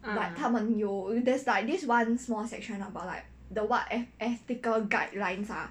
but 他们有 there's like this one small section about like the what eth~ ethical guidelines lah